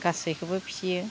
गासैखौबो फिसियो